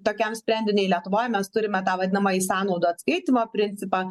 tokiam sprendiniui lietuvoj mes turime tą vadinamąjį sąnaudų atskaitymo principą